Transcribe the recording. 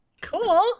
Cool